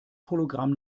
hologramm